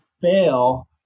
fail